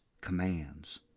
commands